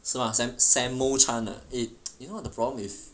是吗 sam~ samuel chan ah eh you know the problem is